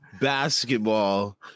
basketball